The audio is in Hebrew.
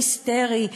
היסטרי.